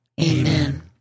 Amen